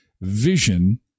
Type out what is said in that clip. vision